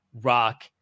Rock